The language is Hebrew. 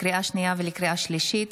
לקריאה שנייה ולקריאה שלישית: